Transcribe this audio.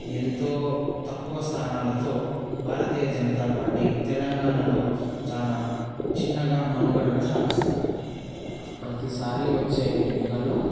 ఎంతో తక్కువ స్థానాలతో భారతీయ జనతా పార్టీ తెలంగాణలో చాలా చిన్నగా మనుగడను సాగిస్తుంది ప్రతీసారి వచ్చే ఎన్నికల్లో